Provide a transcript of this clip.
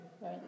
Right